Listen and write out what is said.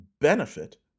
benefit